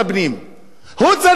הוא צריך ליזום תוכנית מיתאר.